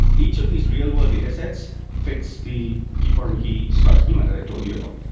each of these real-world datasets fits the key foreign key star schema that i told you about.